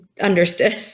Understood